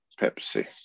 Pepsi